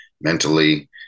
mentally